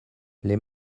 les